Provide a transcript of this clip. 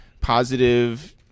positive